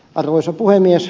arvoisa puhemies